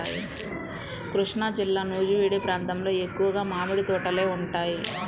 కృష్ణాజిల్లా నూజివీడు ప్రాంతంలో ఎక్కువగా మామిడి తోటలే ఉంటాయి